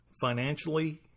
financially